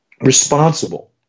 responsible